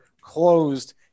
closed